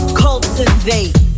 cultivate